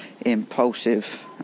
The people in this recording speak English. impulsive